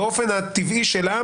באופן הטבעי שלה,